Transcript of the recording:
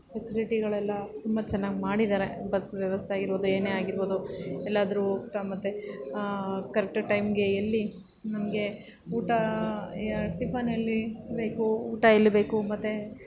ಫೆಸಿಲಿಟಿಗಳೆಲ್ಲ ತುಂಬ ಚೆನ್ನಾಗಿ ಮಾಡಿದ್ದಾರೆ ಬಸ್ ವ್ಯವಸ್ಥೆ ಅಗಿರ್ಬೋದು ಏನೇ ಅಗಿರ್ಬೋದು ಎಲ್ಲಾದರೂ ಹೋಗ್ತಾ ಮತ್ತೆ ಕರೆಕ್ಟ್ ಟೈಮ್ಗೆ ಎಲ್ಲಿ ನಮಗೆ ಊಟ ಟಿಫನ್ ಎಲ್ಲಿ ಬೇಕು ಊಟ ಎಲ್ಲಿ ಬೇಕು ಮತ್ತೆ